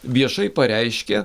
viešai pareiškė